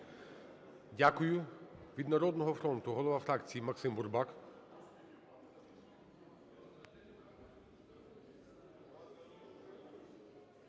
Дякую.